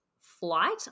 flight